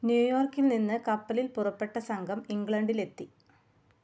ന്യൂയോർക്കിൽ നിന്ന് കപ്പലിൽ പുറപ്പെട്ട സംഘം ഇംഗ്ലണ്ടിലെത്തി